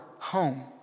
Home